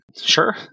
sure